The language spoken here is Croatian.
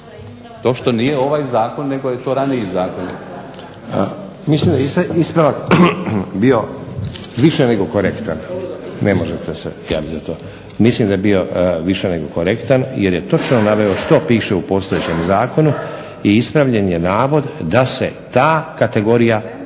To što nije ovaj zakon nego je to raniji zakon. **Stazić, Nenad (SDP)** Mislim da je ispravak bio više nego korektan jer je točno naveo što piše u postojećem zakonu i ispravljen je navod da se ta kategorija uvodi